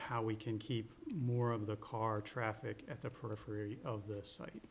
how we can keep more of the car traffic at the periphery of this site